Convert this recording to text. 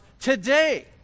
today